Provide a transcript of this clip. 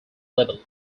level